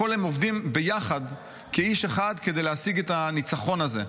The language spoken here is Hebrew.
על הכול הם עובדים ביחד כאיש אחד כדי להשיג את הניצחון הזה.